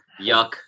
yuck